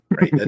right